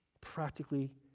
Practically